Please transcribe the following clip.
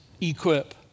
equip